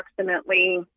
approximately